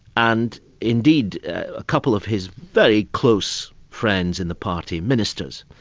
and indeed, a couple of his very close friends in the party, ministers,